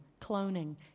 cloning